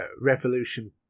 Revolution